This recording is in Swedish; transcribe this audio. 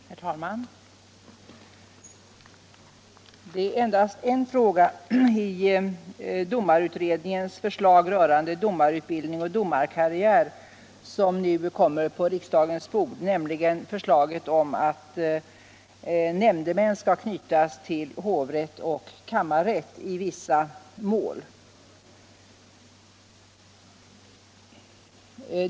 Herr talman! Det är endast en fråga i domarutredningens förslag om domarutbildning och domarkarriär som nu kommer på riksdagens bord, nämligen förslaget om att nämndemän skall knytas till hovrätt och kammarrätt i vissa mål.